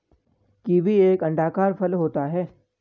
kiwi एक अंडाकार फल होता है